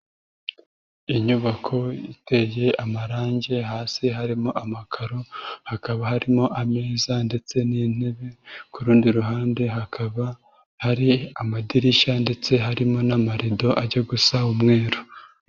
inyubako iteye amarange, hasi harimo amakaro, hakaba harimo ameza ndetse n'intebe, ku rundi ruhande hakaba hari amadirishya ndetse harimo n'amarido ajya gusa umweru.